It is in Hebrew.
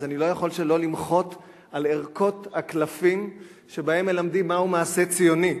אז אני לא יכול שלא למחות על ערכות הקלפים שבהן מלמדים מהו מעשה ציוני,